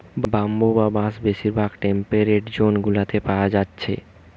bamboo বা বাঁশ বেশিরভাগ টেম্পেরেট জোন গুলাতে পায়া যাচ্ছে